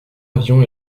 avion